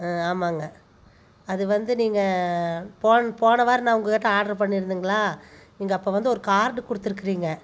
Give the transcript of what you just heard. ஆ ஆமாங்க அது வந்து நீங்கள் போன வாரம் நான் உங்கள் கிட்டே ஆட்ரு பண்ணிருந்தேங்களா நீங்கள் அப்போ வந்து ஒரு கார்டு குடுத்துருக்கிறீங்க